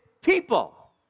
people